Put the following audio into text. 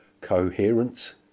coherence